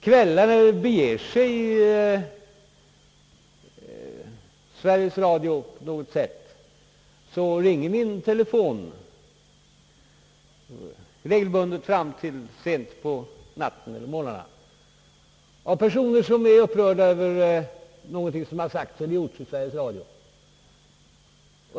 Kvällar då det på något sätt beger sig i Sveriges Radio ringer min telefon regelbundet fram till sent på natien eller morgonen. Det är personer som är upprörda över någonting som har sagts eller gjorts i Sveriges Radio.